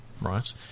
right